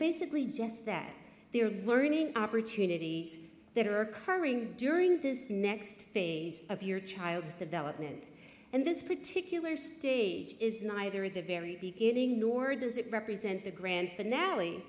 basically just that they are learning opportunities that are occurring during this next phase of your child's development and this particular stage is neither at the very beginning nor does it represent the grand finale